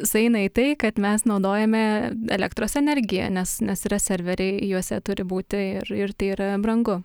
sueina į tai kad mes naudojame elektros energiją nes nes yra serveriai juose turi būti ir ir tai yra brangu